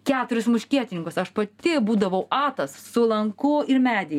keturis muškietininkus aš pati būdavau atas su lanku ir medyje